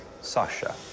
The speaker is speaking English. Sasha